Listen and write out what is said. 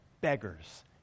beggars